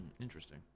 Interesting